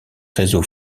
réseau